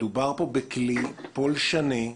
מדובר פה בכלי פולשני.